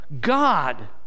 God